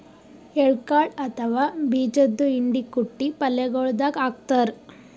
ಎಳ್ಳ ಕಾಳ್ ಅಥವಾ ಬೀಜದ್ದು ಹಿಂಡಿ ಕುಟ್ಟಿ ಪಲ್ಯಗೊಳ್ ದಾಗ್ ಹಾಕ್ತಾರ್